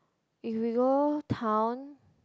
if we go town